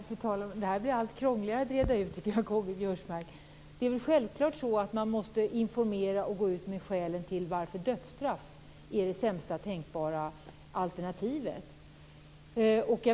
Fru talman! Detta blir allt krångligare att reda ut, K-G Biörsmark. Det är självklart att man måste informera om skälen till att dödsstraff är det sämsta tänkbara alternativet.